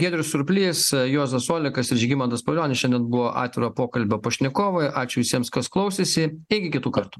giedrius surplys juozas olekas ir žygimantas pavilionis šiandien buvo atviro pokalbio pašnekovai ačiū visiems kas klausėsi iki kitų kartų